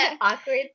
Awkward